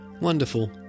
Wonderful